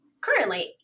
currently